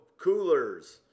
coolers